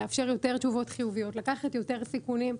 לאפשר יותר תשובות חיוביות; לקחת יותר סיכונים,